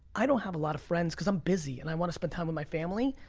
i don't have a lot of friends, cause i'm busy and i wanna spend time with my family.